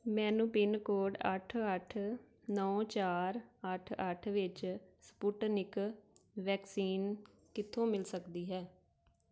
ਮੈਨੂੰ pin code ਅੱਠ ਅੱਠ ਨੌਂ ਚਾਰ ਅੱਠ ਅੱਠ ਵਿੱਚ ਸਪੁਟਨਿਕ ਵੈਕਸੀਨ ਕਿੱਥੋਂ ਮਿਲ ਸਕਦੀ ਹੈ